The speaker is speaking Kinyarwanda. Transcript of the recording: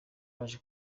baje